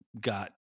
got